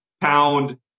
pound